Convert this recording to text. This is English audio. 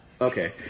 Okay